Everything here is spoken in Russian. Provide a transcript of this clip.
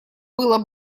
было